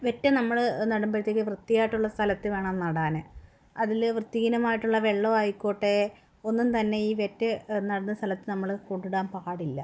വെറ്റ നമ്മൾ നടുമ്പോഴത്തേക്ക് വൃത്തിയായിട്ടുള്ള സ്ഥലത്ത് വേണം നടാൻ അതിൽ വൃത്തിഹീനമായിട്ടുള്ള വെള്ളം ആയിക്കോട്ടെ ഒന്നും തന്നെ ഈ വെറ്റ നടുന്ന സ്ഥലത്ത് നമ്മൾ കൊണ്ടിടാൻ പാടില്ല